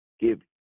Give